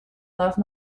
love